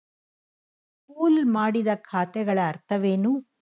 Pool ಮಾಡಿದ ಖಾತೆಗಳ ಅರ್ಥವೇನು?